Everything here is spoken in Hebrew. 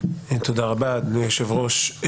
תודה רבה, אדוני היושב-ראש.